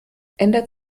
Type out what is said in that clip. ändert